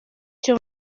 icyo